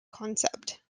concept